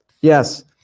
Yes